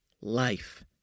life